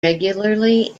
regularly